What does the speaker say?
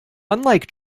unlike